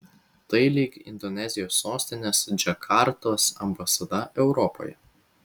tai lyg indonezijos sostinės džakartos ambasada europoje